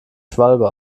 schwalbe